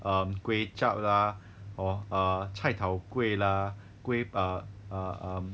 um kway zhap lah hor um cai tao kway lah kway uh uh um